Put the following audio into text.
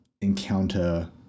encounter